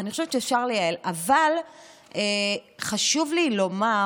אני חושבת שאפשר לייעל, אבל חשוב לי לומר